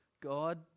God